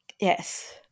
Yes